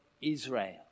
Israel